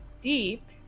deep